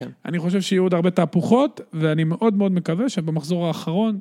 אני חושב שיהיו עוד הרבה תהפוכות ואני מאוד מאוד מקווה שבמחזור האחרון...